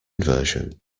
version